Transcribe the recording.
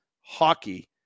hockey